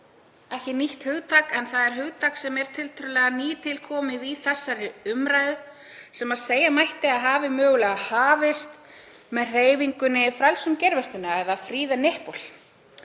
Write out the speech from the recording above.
ekki nýtt hugtak en það er hugtak sem er tiltölulega nýtilkomið í þessari umræðu sem segja mætti að hafi mögulega hafist með hreyfingunni #frelsumgeirvörtuna eða #freethenipple.